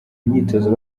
imyitozo